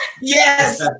yes